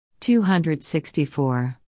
264